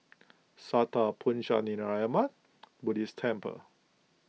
Sattha Puchaniyaram Buddhist Temple